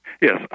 Yes